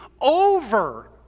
over